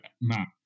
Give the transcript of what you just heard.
map